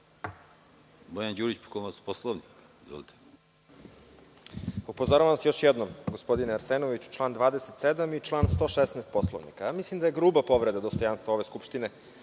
Bojan Đurić, po Poslovniku. **Bojan Đurić** Upozoravam vas još jednom, gospodine Arsenoviću, član 27. i član 116. Poslovnika. Mislim da je gruba povreda dostojanstva ove skupštine